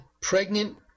pregnant